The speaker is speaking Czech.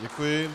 Děkuji.